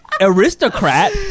aristocrat